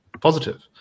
positive